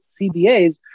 CBAs